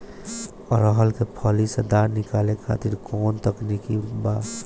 अरहर के फली से दाना निकाले खातिर कवन तकनीक बा का?